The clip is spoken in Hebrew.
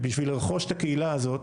ובשביל לרכוש את הקהילה הזאת,